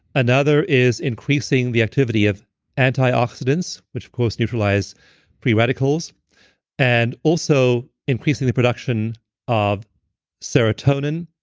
another is increasing the activity of antioxidants, which post-neutralize pre radicals and also increasing the production of serotonin.